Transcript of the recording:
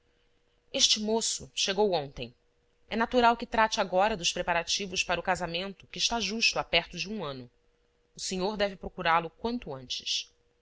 este moço chegou ontem é natural que trate agora dos preparativos para o casamento que está justo há perto de um ano o senhor deve procurá-lo quanto antes